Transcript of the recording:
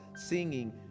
singing